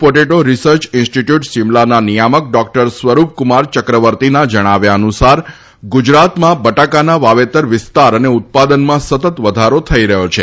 potato research institute શિમલાના નિયામક doctor Swarup Kumar ચક્રવર્તીના જણાવ્યા અનુસાર ગુજરાતમાં બટાકાના વાવેતરના વિસ્તાર અને ઉત્પાદનમાં સતત વધારો થઇ રહ્યો છે